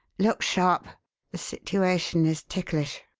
look sharp the situation is ticklish!